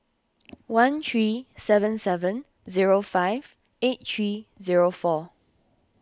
one three seven seven zero five eight three zero four